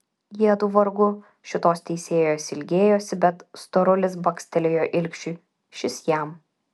jiedu vargu šitos teisėjos ilgėjosi bet storulis bakstelėjo ilgšiui šis jam